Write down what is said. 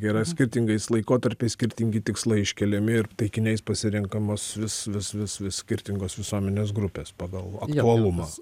yra skirtingais laikotarpiais skirtingi tikslai iškeliami ir taikiniais pasirenkamos vis vis vis vis skirtingos visuomenės grupės pagal aktualumą